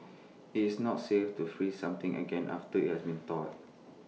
IT is not safe to freeze something again after IT has been thawed